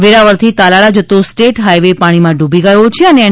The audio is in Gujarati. વેરાવળથી તાલાળા જતો સ્ટેટ હાઇવે પાણી માં ડૂબી ગયો છે અને એન